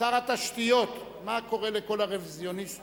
שר התשתיות, מה קורה לכל הרוויזיוניסטים?